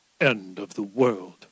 end-of-the-world